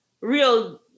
real